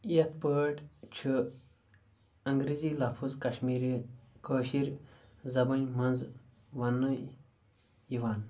یتھ پٲٹھۍ چھِ انگریٖزی لفٕظ کشمیٖری کٲشِر زبٲنۍ منٛز وننہٕ یِوان